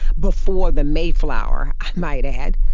before the mayflower, i might add.